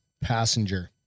passenger